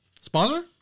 sponsor